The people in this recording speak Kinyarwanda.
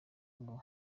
ngo